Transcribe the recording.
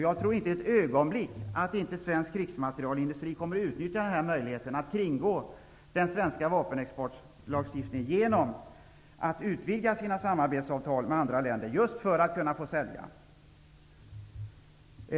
Jag tror inte ett ögonblick att svensk krigsmaterielindustri inte kommer att utnyttja möjligheten att kringgå den svenska vapenexportlagstiftningen genom att utvidga sina samarbetsavtal med andra länder, just för att kunna få sälja.